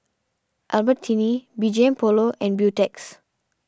Albertini B G M Polo and Beautex